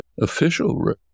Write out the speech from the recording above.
official